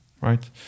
right